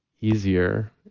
easier